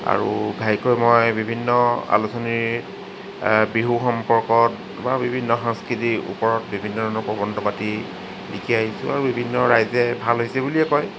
আৰু ঘাইকৈ মই বিভিন্ন আলোচনীৰ বিহু সম্পৰ্কত বা বিভিন্ন সাংস্কৃতিক ওপৰত বিভিন্ন প্ৰবন্ধ পাতি লিখি আহিছোঁ আৰু বিভিন্ন ৰাইজে ভাল বুলিয়েই কয়